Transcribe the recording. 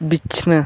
ᱵᱤᱪᱷᱱᱟᱹ